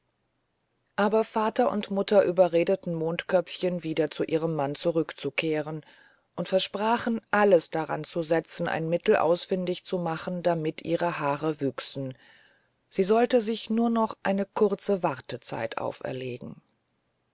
aber vater und mutter überredeten mondköpfchen wieder zu ihrem mann zurückzukehren und versprachen alles daran zu setzen ein mittel ausfindig zu machen damit ihre haare wüchsen sie sollte sich nur noch eine kurze wartezeit auferlegen